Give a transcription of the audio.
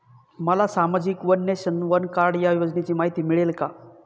मला सामाजिक one nation, one card या योजनेची माहिती मिळेल का?